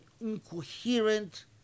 incoherent